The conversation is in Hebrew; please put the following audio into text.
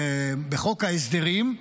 בחוק ההסדרים.